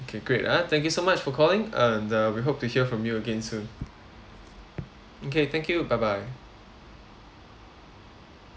okay great ah thank you so much for calling and uh we hope to hear from you again soon okay thank you bye bye